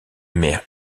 mers